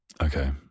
Okay